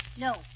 No